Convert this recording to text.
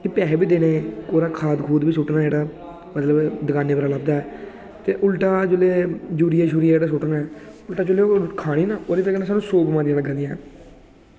होर पैसे बी देने होर खाद बी सुट्टना जेह्ड़ा ते दुकानै कोला बद्ध ऐ ते उल्टा जेह्ड़ा जेल्लै यूरिया सु'ट्टना ऐ ते जेल्लै ओह् असें खाने ना असेंगी सौ बमारियां लग्गनियां न